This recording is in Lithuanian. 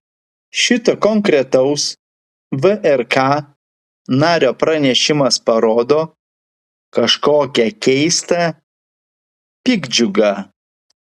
šito konkretaus vrk nario pranešimas parodo kažkokią keistą piktdžiugą